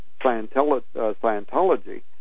Scientology